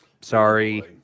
Sorry